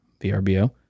VRBO